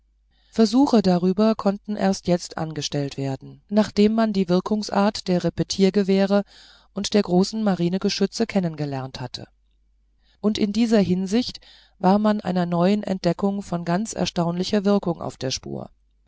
versuche darüber konnten erst jetzt angestellt werden nachdem man die wirkungsart der repetiergewehre und der großen marinegeschütze kennengelernt hatte und in dieser hinsicht war man einer neuen entdeckung von ganz erstaunlicher wirkung auf der spur